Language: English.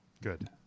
Good